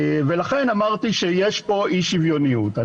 ולכן אמרתי שיש פה אי שוויוניות.